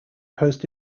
post